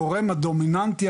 הגורם הדומיננטי,